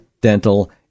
dental